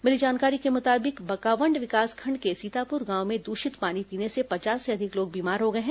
मिली जानकारी के मुताबिक बकावंड विकासखंड के सीतापुर गांव में दूषित पानी पीने से पचास से अधिक लोग बीमार हो गए हैं